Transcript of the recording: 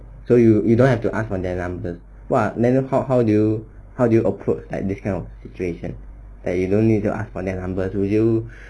so you you don't have to ask for their numbers [what] ah then how how how do you approach like these kind of situation like you don't need to ask for their numbers would you